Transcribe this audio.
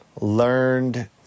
learned